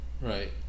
right